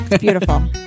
beautiful